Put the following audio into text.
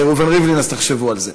אז תחשבו על זה.